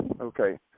Okay